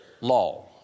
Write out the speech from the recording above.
law